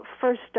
first